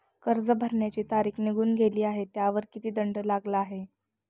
कर्ज भरण्याची तारीख निघून गेली आहे त्यावर किती दंड लागला आहे?